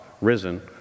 risen